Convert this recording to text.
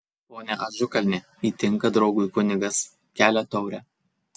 pone ažukalni įtinka draugui kunigas kelia taurę